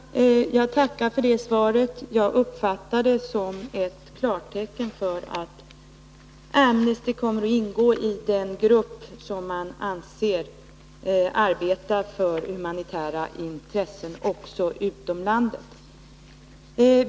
Herr talman! Jag tackar för det svaret. Jag uppfattar det som ett klartecken för att Amnesty kommer att ingå i den grupp som man anser arbetar för humanitära intressen också utom landet.